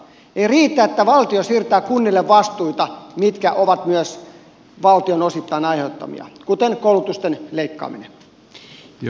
ei riitä että valtio siirtää kunnille vastuita niissä asioissa mitkä ovat myös valtion osittain aiheuttamia kuten koulutuksesta leikkaamisessa